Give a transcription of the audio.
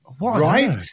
Right